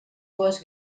dues